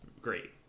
great